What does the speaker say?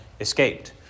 escaped